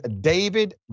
David